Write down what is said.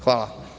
Hvala.